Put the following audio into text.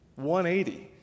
180